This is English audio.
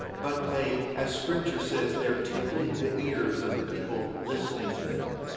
but they, as scripture says, they're tickling the ears of the people listening to them.